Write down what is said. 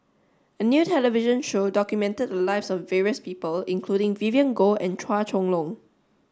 a new television show documented the lives of various people including Vivien Goh and Chua Chong Long